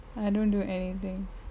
I don't do anything